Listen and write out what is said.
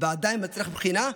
ועדיין מצריך בחינה?